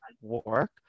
work